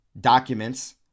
documents